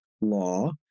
law